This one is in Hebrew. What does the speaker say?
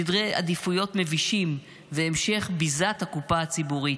סדרי עדיפויות מבישים והמשך ביזת הקופה הציבורית,